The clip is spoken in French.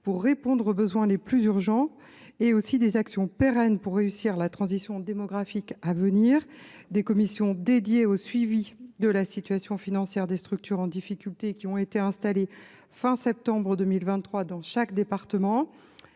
pour répondre aux besoins les plus urgents, mais aussi des actions pérennes pour réussir la transition démographique à venir, au travers des commissions dédiées au suivi de la situation financière des structures en difficulté installées à la fin du mois de septembre 2023 dans chaque département.